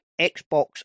Xbox